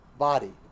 body